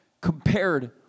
compared